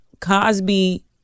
Cosby